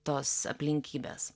tos aplinkybės